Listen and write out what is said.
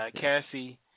Cassie